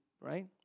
right